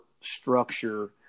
structure